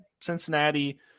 Cincinnati